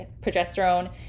progesterone